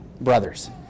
brothers